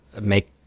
make